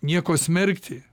nieko smerkti